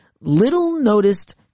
little-noticed